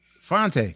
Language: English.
Fonte